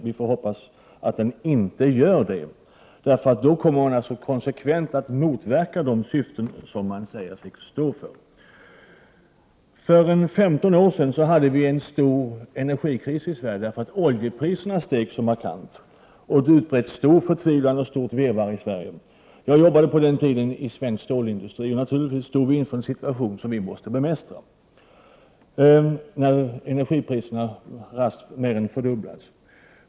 Vi får hoppas att regeringen inte heller gör det, för i så fall skulle man konsekvent motverka de syften som man säger sig stå för. För ca 15 år sedan hade vi en stor energikris i Sverige på grund av att oljepriserna steg markant. Det blev en utbredd förtvivlan och ett stort virrvarr i Sverige. Jag jobbade på den tiden i svensk stålindustri. Naturligtvis stod vi inför en situation som vi måste bemästra, när energipriserna raskt mer än fördubblades.